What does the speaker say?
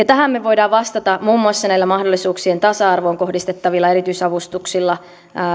tähän me voimme vastata muun muassa näillä mahdollisuuksien tasa arvoon kohdistettavilla erityisavustuksilla